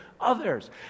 others